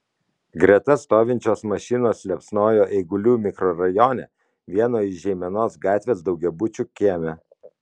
greta stovinčios mašinos liepsnojo eigulių mikrorajone vieno iš žeimenos gatvės daugiabučio kieme